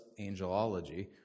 angelology